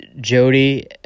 Jody